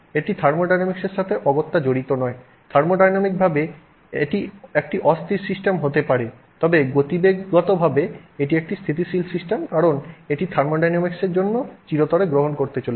এটি থার্মোডিনামিক্সের সাথে অগত্যা জড়িত নয় থার্মোডাইনামিকভাবে এটি একটি অস্থির সিস্টেম হতে পারে তবে গতিগতভাবে এটি একটি স্থিতিশীল সিস্টেম কারণ এটি থার্মোডিনামিক্সের জন্য চিরতরে গ্রহণ করতে চলেছে